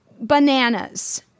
bananas